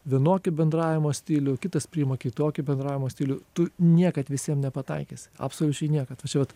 vienokį bendravimo stilių kitas priima kitokį bendravimo stilių tu niekad visiem nepataikysi absoliučiai niekad va čia vat